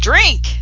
Drink